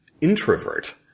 introvert